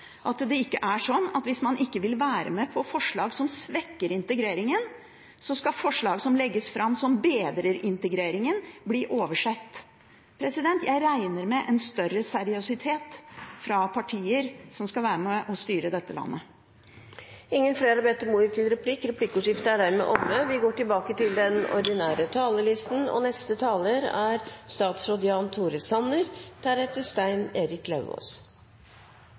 at det ikke er sånn at hvis man ikke vil være med på forslag som svekker integreringen, så skal forslag som legges fram som bedrer integreringen, bli oversett. Jeg regner med en større seriøsitet fra partier som skal være med og styre dette landet. Replikkordskiftet er dermed omme. Jeg vil takke komiteen for et grundig og godt arbeid med budsjettinnstillingen, og en spesiell takk til Kristelig Folkeparti og